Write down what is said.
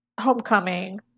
homecoming